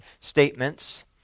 statements